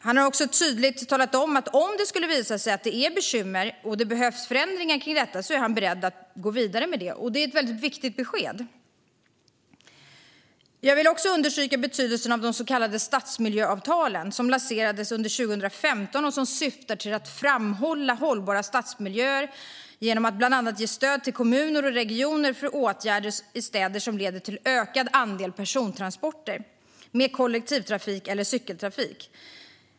Han har också tydligt talat om att ifall det skulle visa sig vara ett bekymmer och att det behövs förändringar är han beredd att gå vidare med det. Det är ett viktigt besked. Jag vill även understryka betydelsen av de så kallade stadsmiljöavtalen, som lanserades 2015. De syftar till att framhålla hållbara stadsmiljöer genom att bland annat ge stöd till kommuner och regioner för åtgärder i städer som leder till ökad andel persontransporter med kollektivtrafik eller cykeltrafik.